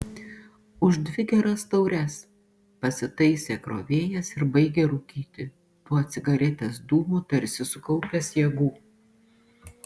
už dvi geras taures pasitaisė krovėjas ir baigė rūkyti tuo cigaretės dūmu tarsi sukaupęs jėgų